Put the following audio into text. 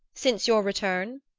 since your return?